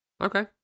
Okay